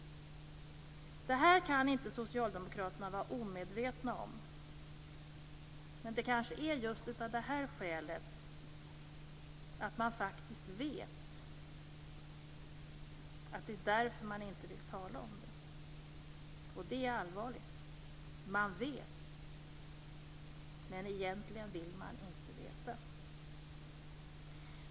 Det här kan inte socialdemokraterna vara omedvetna om. Men det kanske just är av det här skälet, att man faktiskt vet, man inte vill tala om det. Och det är allvarligt. Man vet men egentligen vill man inte veta.